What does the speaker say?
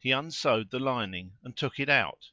he unsewed the lining and took it out